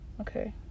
Okay